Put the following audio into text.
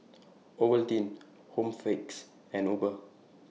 Ovaltine Home Fix and Uber